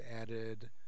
added